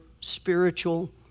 spiritual